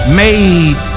made